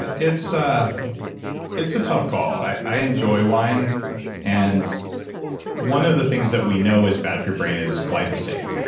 it's ah it's a tough call. i i enjoy wine and one of the things that we know is bad for your brain is glyphosate.